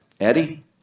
Eddie